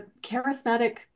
charismatic